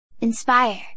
Inspire